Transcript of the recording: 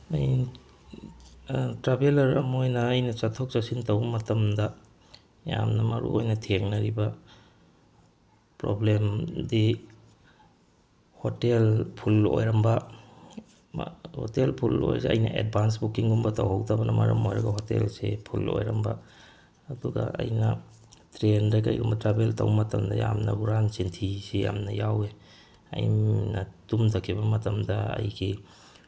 ꯑꯩ ꯇ꯭ꯔꯥꯕꯦꯂꯔ ꯑꯃ ꯑꯣꯏꯅ ꯑꯩꯅ ꯆꯠꯊꯣꯛ ꯆꯠꯁꯤꯟ ꯇꯧꯕ ꯃꯇꯝꯗ ꯌꯥꯝꯅ ꯃꯔꯨꯑꯣꯏꯅ ꯊꯦꯡꯅꯔꯤꯕ ꯄ꯭ꯔꯣꯕ꯭ꯂꯦꯝꯗꯤ ꯍꯣꯇꯦꯜ ꯐꯨꯜ ꯑꯣꯏꯔꯝꯕ ꯍꯣꯇꯦꯜ ꯐꯨꯜ ꯑꯣꯏꯔꯤꯁꯦ ꯑꯩꯅ ꯑꯦꯠꯚꯥꯟꯁ ꯕꯨꯀꯤꯡꯀꯨꯝꯕ ꯇꯧꯍꯧꯗꯕꯅ ꯃꯔꯝ ꯑꯣꯏꯔꯒ ꯍꯣꯇꯦꯜꯁꯦ ꯐꯨꯜ ꯑꯣꯏꯔꯝꯕ ꯑꯗꯨꯒ ꯑꯩꯅ ꯇ꯭ꯔꯦꯟꯗ ꯀꯩꯒꯨꯝꯕ ꯇ꯭ꯔꯥꯕꯦꯜ ꯇꯧꯕ ꯃꯇꯝꯗ ꯌꯥꯝꯅ ꯍꯨꯔꯥꯟ ꯆꯤꯟꯊꯤꯁꯤ ꯌꯥꯝꯅ ꯌꯥꯎꯋꯦ ꯑꯩꯅ ꯇꯨꯝꯊꯈꯤꯕ ꯃꯇꯝꯗ ꯑꯩꯒꯤ